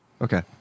okay